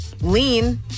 lean